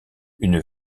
une